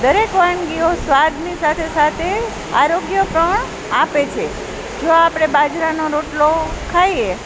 દરેક વાનગીઓ સ્વાદની સાથે સાથે આરોગ્ય પણ આપે છે જો આપણે બાજરાનો રોટલો ખાઈએ